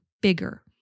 bigger